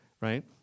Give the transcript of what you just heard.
right